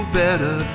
better